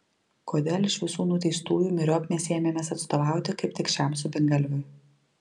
kodėl iš visų nuteistųjų myriop mes ėmėmės atstovauti kaip tik šiam subingalviui